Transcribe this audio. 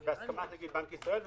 בהסכמת נגיד בנק ישראל.